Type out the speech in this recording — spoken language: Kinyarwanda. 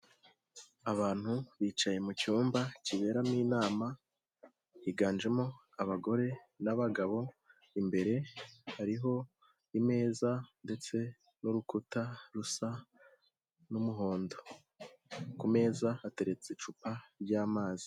Abantu bicaye mu cyumba kiberamo inama, higanjemo abagore n'abagabo, imbere hariho imeza ndetse n'urukuta rusa n'umuhondo. Kumeza hateretse icupa ry'amazi.